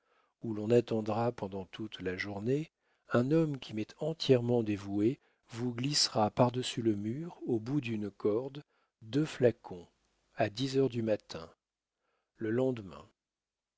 où l'on attendra pendant toute la journée un homme qui m'est entièrement dévoué vous glissera par-dessus le mur au bout d'une corde deux flacons à dix heures du matin le lendemain